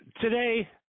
Today